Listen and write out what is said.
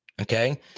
okay